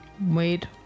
Wait